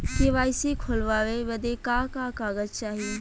KYC खोलवावे बदे का का कागज चाही?